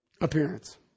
appearance